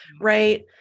right